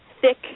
thick